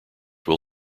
will